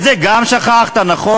גם את זה שכחת, נכון?